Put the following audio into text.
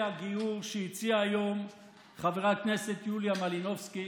הגיור שהציעה היום חברת הכנסת יוליה מלינובסקי.